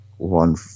One